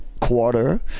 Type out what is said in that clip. quarter